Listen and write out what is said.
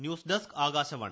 news desk Akashvani